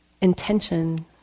intention